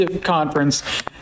conference